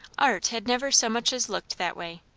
art had never so much as looked that way.